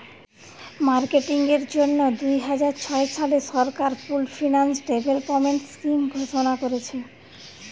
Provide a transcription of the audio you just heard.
marketing এর জন্যে দুইহাজার ছয় সালে সরকার পুল্ড ফিন্যান্স ডেভেলপমেন্ট স্কিং ঘোষণা কোরেছে